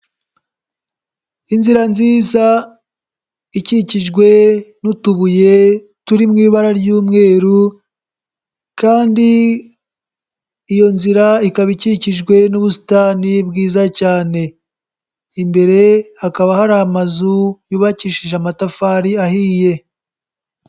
Inzira nziza ikikijwe n'utubuye turi mu ibara ry'umweru kandi iyo nzira ikaba ikikijwe n'ubusitani bwiza cyane. Imbere hakaba hari amazu yubakishije amatafari ahiye.